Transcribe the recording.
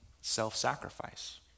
self-sacrifice